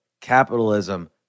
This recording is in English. capitalism